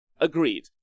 agreed